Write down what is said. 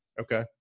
okay